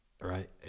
right